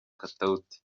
katauti